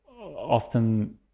often